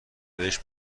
بهشت